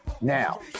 Now